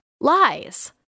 lies